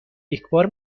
یکبار